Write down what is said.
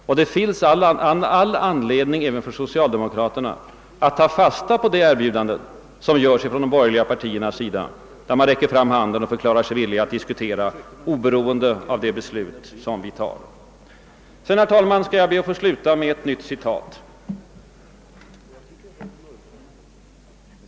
Och det finns all anledning även för socialdemokraterna att ta fasta på det erbjudande som görs från de borgerliga partiernas sida, när dessa räcker fram handen och förklarar sig villiga att diskutera, oberoende av det beslut vi i dag skall fatta. Herr talman! Jag skall be att få sluta med ännu ett citat.